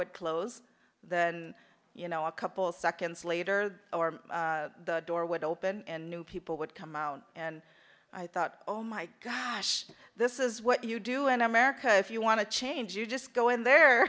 would close and you know a couple seconds later the door would open and new people would come out and i thought oh my gosh this is what you do and america if you want to change you just go in there